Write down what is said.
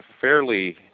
fairly